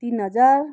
तिन हजार